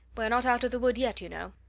we're not out of the wood yet, you know.